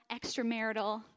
extramarital